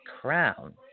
crown